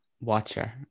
watcher